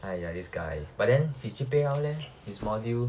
!aiya! this guy